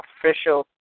official